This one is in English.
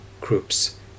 groups